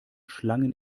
schlangen